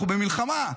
אנחנו במלחמה.